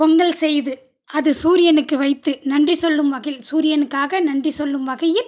பொங்கல் செய்து அது சூரியனுக்கு வைத்து நன்றி சொல்லும் வகையில் சூரியனுக்காக நன்றி சொல்லும் வகையில்